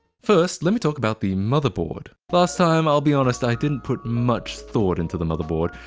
first, let me talk about the motherboard. last time, i'll be honest, i didn't put much thought into the motherboard.